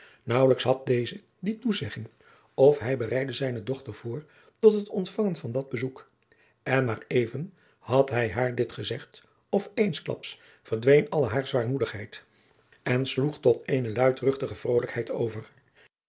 naauwelijks had deze die toezegging of hij bereidde zijne dochter voor tot het ontvangen van dat bezoek en maar even had hij haar dit gezegd of eensklaps verdween al hare zwaarmoedigheid en sloeg tot eene luidruchtige vrolijkheid over